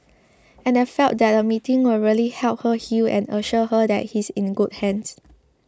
and I felt that a meeting would really help her heal and assure her that he's in good hands